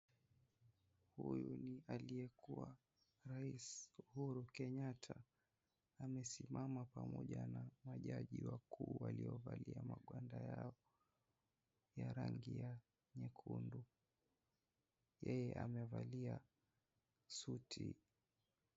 Huyu ni aliyekua rais, Uhuru Kenyatta, amesimama pamoja na majaji wakuu waliovalia magwanda yao ya rangi ya nyekundu, yeye amevalia suti.